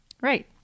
Right